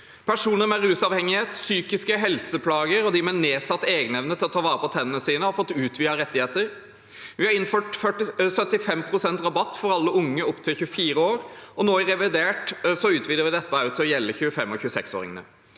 Personer med rusavhengighet, psykiske helseplager eller nedsatt egenevne å ta vare på tennene sine har fått utvidede rettigheter. Vi har innført 75 pst. rabatt for alle unge opp til 24 år, og nå i revidert utvider vi dette til også å gjelde 25- og 26åringene.